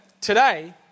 Today